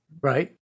right